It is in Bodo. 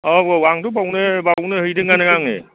औ औ आंथ' बावनो बावनो हैदों आनो आङो